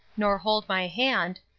nor hold my hand,